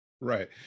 right